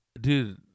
dude